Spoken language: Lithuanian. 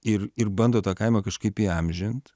ir ir bando tą kaimą kažkaip įamžint